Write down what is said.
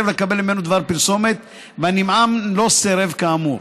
לקבל ממנו דבר פרסומת והנמען לא סירב כאמור.